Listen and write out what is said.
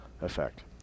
effect